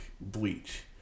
Bleach